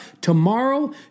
tomorrow